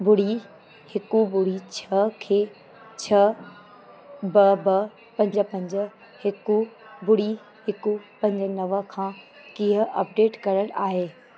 ॿुड़ी हिकु ॿुड़ी छह खे छह ॿ ॿ पंज पंज हिकु ॿुड़ी हिकु पंज नव खां कीअं अपडेट करणु आहे